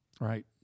Right